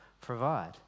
provide